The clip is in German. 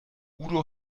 udo